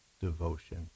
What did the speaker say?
devotion